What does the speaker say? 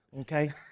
Okay